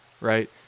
right